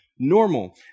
normal